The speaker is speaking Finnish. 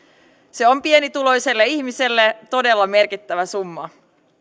se on pienituloiselle ihmiselle todella merkittävä summa